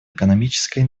экономическая